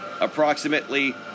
Approximately